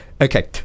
Okay